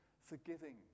Forgiving